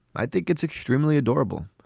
i think it's extremely adorable.